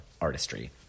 artistry